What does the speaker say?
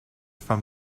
from